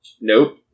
Nope